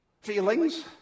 Feelings